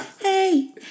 Hey